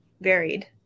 varied